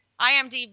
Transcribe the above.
IMDb